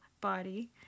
body